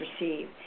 receive